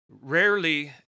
rarely